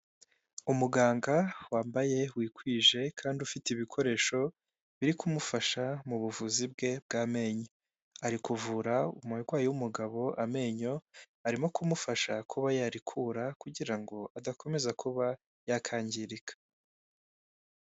Umuganga wambaye wikwije kandi ufite ibikoresho biri kumufasha mu buvuzi bwe bw'amenyo. Ari kuvura umurwayi w'umugabo amenyo, arimo kumufasha kuba yarikura kugira ngo adakomeza kuba yakangirika.